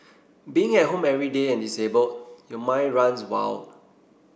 being at home every day and disabled your mind runs wild